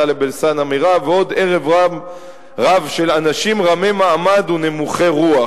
טלב אלסאנע מרע"ם ועוד ערב-רב של אנשים רמי מעמד ונמוכי רוח.